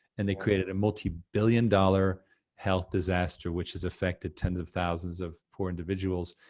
and they created a multi-billion dollar health disaster, which has affected tens of thousands of poor individuals.